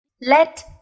let